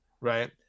right